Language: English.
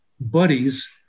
buddies